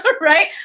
right